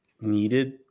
needed